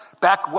back